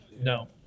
No